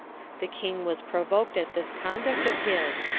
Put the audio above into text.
the king was provoked at this conduct of his,